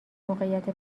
موقعیت